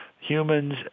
humans